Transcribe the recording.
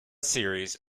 series